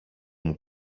μου